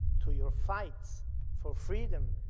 to your fights for freedom,